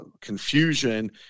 confusion